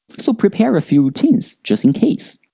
so, prepare a few routines, just in case.